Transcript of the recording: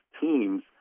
teams